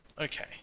Okay